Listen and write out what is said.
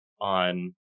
on